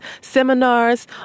seminars